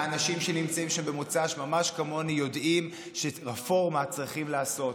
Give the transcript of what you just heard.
האנשים שנמצאים שם במוצ"ש ממש כמוני יודעים שרפורמה צריכים לעשות.